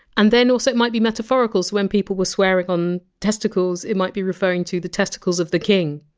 and then also it might be metaphorical, so when people were swearing on testicles, it might be referring to the testicles of the king,